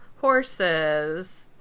horses